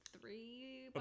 three